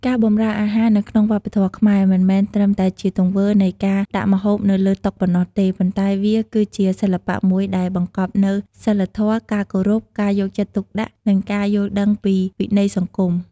ការបម្រើអាហារនៅក្នុងវប្បធម៌ខ្មែរ មិនមែនត្រឹមតែជាទង្វើនៃការដាក់ម្ហូបនៅលើតុប៉ុណ្ណោះទេ ប៉ុន្តែវាគឺជាសិល្បៈមួយដែលបង្កប់នូវ សីលធម៌ ការគោរព ការយកចិត្តទុកដាក់ និងការយល់ដឹងពីវិន័យសង្គម។